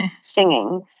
singing